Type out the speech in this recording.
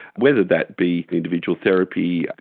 whether that be individual therapy,